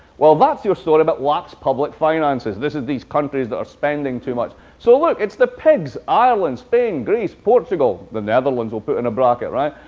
well, that's your story about lax public finances. this is these countries that are spending too much. so look, it's the pigs ireland, spain, greece, portugal. the netherlands we'll put in a bracket, right?